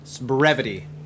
Brevity